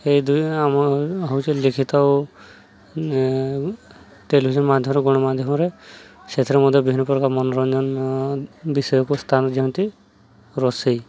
ଏଇ ଦୁଇ ଆମ ହେଉଛି ଲିଖିତ ଟେଲିଭିଜନ୍ ମାଧ୍ୟମରେ ଗଣମାଧ୍ୟମରେ ସେଥିରେ ମଧ୍ୟ ବିଭିନ୍ନ ପ୍ରକାର ମନୋରଞ୍ଜନ ବିଷୟକୁ ସ୍ଥାନ ଦିଅନ୍ତି ରୋଷେଇ